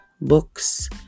books